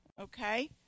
Okay